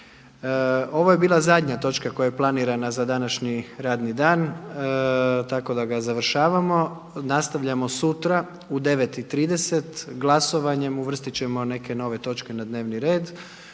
Ovo je bila zadnja točka koja je planirana za današnji radni dan, tako da ga završavamo, nastavljamo sutra u 9,30 glasovanjem, uvrstiti ćemo neke nove točke na dnevni red